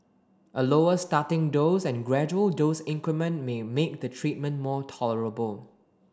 a lower starting dose and gradual dose increment may make the treatment more tolerable